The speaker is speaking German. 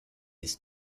ist